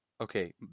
Okay